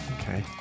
Okay